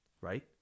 right